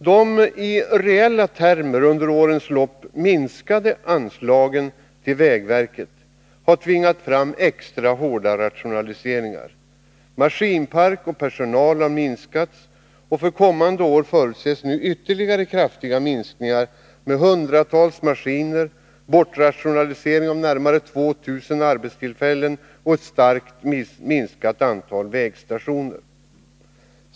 De i reella termer under årens lopp minskade anslagen till vägverket har tvingat fram extra hårda rationaliseringar. Maskinpark och personal har minskats, och för kommande år förutses nu ytterligare kraftiga minskningar med hundratals maskiner, bortrationalisering av närmare 2 000 arbetstillfällen och ett starkt minskat antal vägstationer.